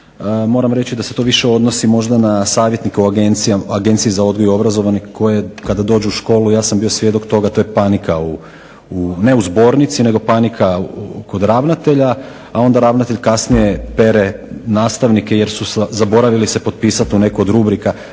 Moram reći da se to možda više odnosi na savjetnike u Agenciji za odgoj i obrazovanje koje kada dođu u školu ja sam bio svjedok toga, to je panika, ne u zbornici, nego panika kod ravnatelja, a onda ravnatelj kasnije pere nastavnike jer su se zaboravili potpisati na neku od rubrika